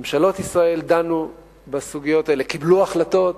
ממשלות ישראל דנו בסוגיות האלה, קיבלו החלטות.